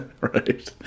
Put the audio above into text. Right